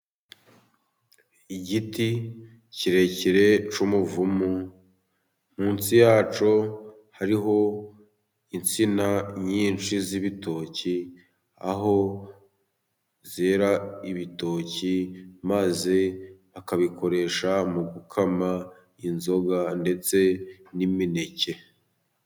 Igiti kirekire cy'umuvumu, munsi yacyo hariho insina nyinshi z'ibitoki, aho byera ibitoki maze bakabikoresha mu gukama inzoga, ndetse n'imineke.